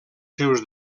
seus